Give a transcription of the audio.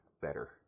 better